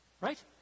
right